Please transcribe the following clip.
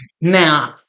Now